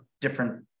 different